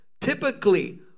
typically